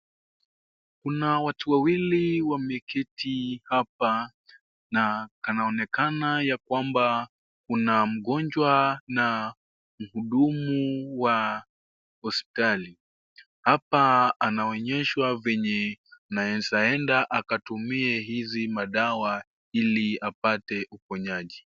Kuna watu wawili wameketi hapa na kunaonekana ya kwamba kuna mgonjwa na na mhudumu wa hospitali, hapa anonyeshwa venye anaeza enda akatumie hizi madawa ili apate uponyaji.